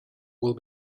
will